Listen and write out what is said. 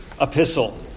epistle